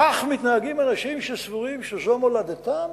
כך מתנהגים אנשים שסבורים שזו מולדתם?